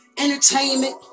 entertainment